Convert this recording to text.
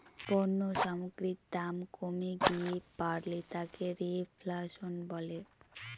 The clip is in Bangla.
পণ্য সামগ্রীর দাম কমে গিয়ে বাড়লে তাকে রেফ্ল্যাশন বলে